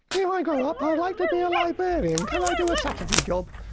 you know i grow up i'd like to be a librarian, can i do a saturday job?